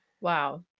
Wow